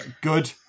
Good